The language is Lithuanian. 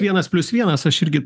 vienas plius vienas aš irgi